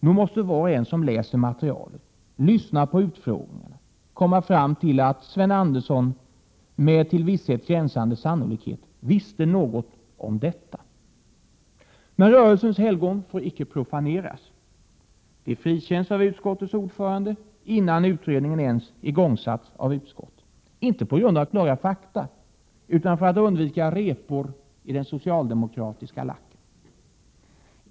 Nog måste var och en som läser materialet och lyssnar på utfrågningärna komma fram till att Sven Andersson med till visshet gränsande sannolikhet visste något om detta. Men rörelsens helgon får icke profaneras. De frikänns av utskottets ordförande innan utredningen ens igångsatts av utskottet, inte på grund av klara fakta utan för att undvika repor i den socialdemokratiska lacken.